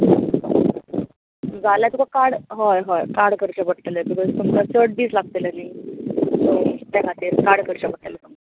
जाल्यार तुका कार्ड हय हय कार्ड करचें पडटलें बिकोज तुमकां चड दीस लागतले त्या खातीर कार्ड करचे लागतले तुमकां